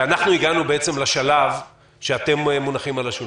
אנחנו הגענו לשלב שאתם מונחים על השולחן.